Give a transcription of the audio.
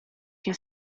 się